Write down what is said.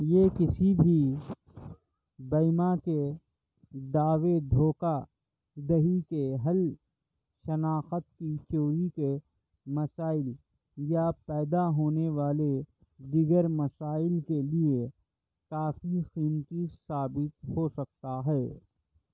یہ کسی بھی بیمہ کے دعوے دھوکہ دہی کے حل شناخت کی چوری کے مسائل یا پیدا ہونے والے دیگر مسائل کے لیے کافی قیمتی ثابت ہو سکتا ہے